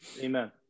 Amen